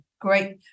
great